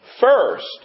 First